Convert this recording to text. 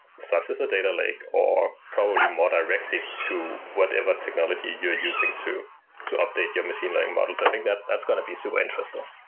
such as a data lake, or probably more directly to whatever technology you're using to to update your machine learning models. i think that that's going to be supper so interesting.